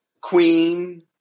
Queen